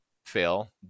fail